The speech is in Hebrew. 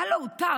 מה לא אותר?